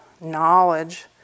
knowledge